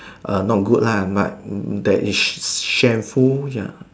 err no good lah but there is shameful ya